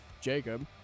Jacob